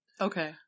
Okay